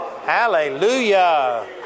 Hallelujah